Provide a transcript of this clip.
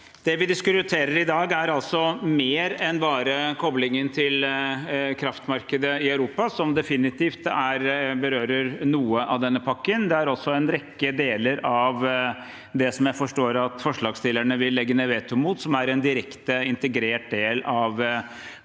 Det vi diskuterer i dag, er mer enn bare koblingen til kraftmarkedet i Europa, selv om det definitivt berører noe av denne pakken. Det er også en rekke deler av det som jeg forstår at forslagsstillerne vil legge ned veto mot, som er en direkte integrert del av